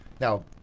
Now